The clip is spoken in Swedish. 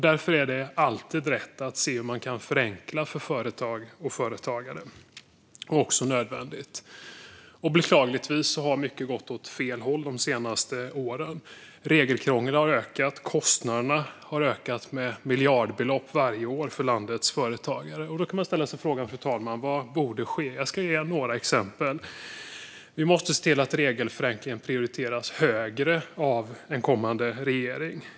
Därför är det alltid rätt att se hur man kan förenkla för företag och företagare, och det är också nödvändigt. Beklagligtvis har mycket gått åt fel håll de senaste åren. Regelkrångel har ökat. Kostnaderna har ökat med miljardbelopp varje år för landets företagare. Fru talman! Man kan ställa sig frågan: Vad borde ske? Jag ska ge några exempel. Vi måste se till att regelförenklingen prioriteras högre av en kommande regering.